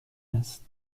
است